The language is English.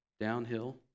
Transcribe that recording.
downhill